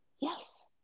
Yes